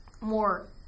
more